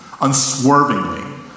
unswervingly